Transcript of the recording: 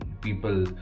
people